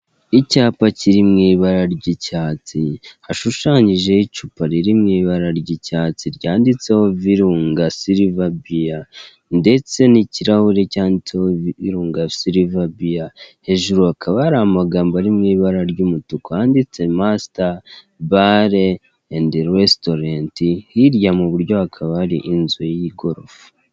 Icyapa kiriwbara ry'icyatsi hashushanyijeho icupa riri mu ibara ry'icyatsi ryanditseho virunga siriva biya ndetse n'ikirahuri cyanditseho virunga siriva biya hejuru hakaba hari amagambo ari mu ibara ry'umutuku yanditse masta bare endi restoreti hirya mu buryo hakaba ari inzu y'igorofa.